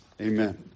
Amen